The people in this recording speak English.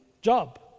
job